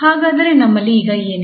ಹಾಗಾದರೆ ನಮ್ಮಲ್ಲಿ ಈಗ ಏನಿದೆ